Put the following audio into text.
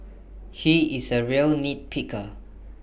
he is A real nitpicker